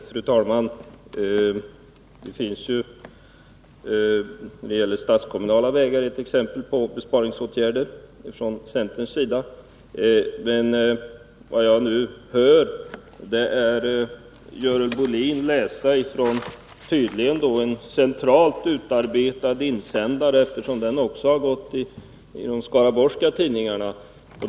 Fru talman! Det finns när det gäller statskommunala vägar exempel på besparingsåtgärder från centerns sida. Men vad jag nu hör är att Görel Bohlin läser från en tydligen centralt utarbetad insändare, eftersom den också gått i de skaraborgska tidningarna.